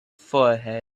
forehead